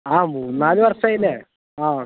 ആ മൂന്നാല് വർഷം ആയിയല്ലെ ആ